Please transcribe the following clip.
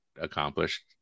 accomplished